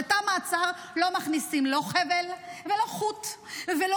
לתא המעצר לא מכניסים לא חבל ולא חוט ולא